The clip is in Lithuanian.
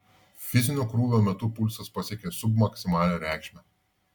fizinio krūvio metu pulsas pasiekė submaksimalią reikšmę